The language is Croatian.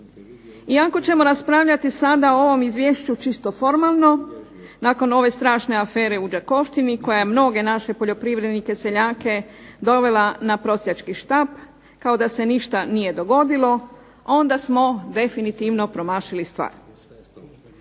Iako ćemo raspravljati sada o ovom izvješću čisto formalno, nakon ove strašne afere u "Đakovštini" koja je mnoge naše poljoprivrednike, seljake dovela na prosjački štap, kao da se ništa nije dogodilo, onda smo definitivno promašili stvari.